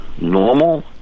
normal